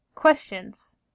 Questions